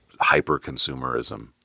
hyper-consumerism